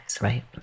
right